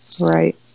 Right